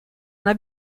una